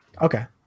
Okay